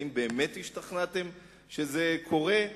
האם באמת השתכנעתם שזה קורה?